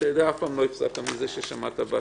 אתה יודע, אף פעם לא הפסדת מזה ששמעת בעצתי.